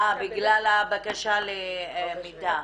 אה, בגלל הבקשה למידע.